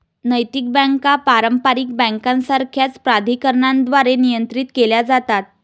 नैतिक बँका पारंपारिक बँकांसारख्याच प्राधिकरणांद्वारे नियंत्रित केल्या जातात